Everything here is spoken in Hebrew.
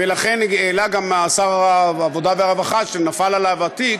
לכן העלה גם שר העבודה והרווחה, שנפל עליו התיק,